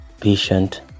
patient